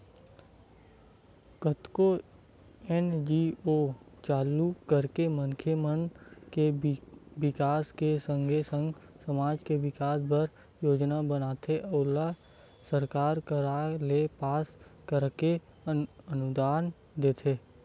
कतको एन.जी.ओ चालू करके मनखे मन के बिकास के संगे संग समाज के बिकास बर योजना बनाथे ओला सरकार करा ले पास कराके अनुदान लेथे